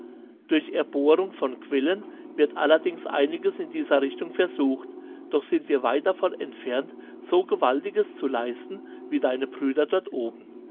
durch erbohrung von quellen wird allerdings einiges in dieser richtung versucht doch sind wir weit davon entfernt so gewaltiges zu leisten wie deine brüder dort oben